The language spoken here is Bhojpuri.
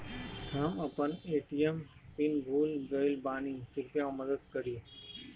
हम अपन ए.टी.एम पिन भूल गएल बानी, कृपया मदद करीं